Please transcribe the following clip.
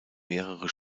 mehrere